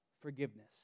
forgiveness